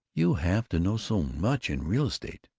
you have to know so much, in real estate!